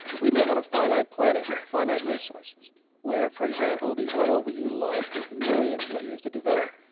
we live on a finite planet, with finite resources where, for example, the oil we utilize took millions of years to develop.